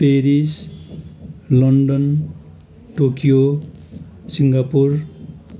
Paris London Tokyo Singapore